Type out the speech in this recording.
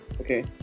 Okay